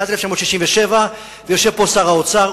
מאז 1967. יושב פה שר האוצר,